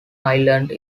island